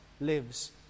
lives